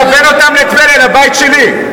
מכוון אותם לטבריה, לבית שלי.